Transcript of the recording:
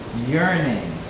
yearning.